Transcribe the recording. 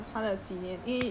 ah ya say say say